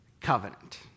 covenant